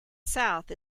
south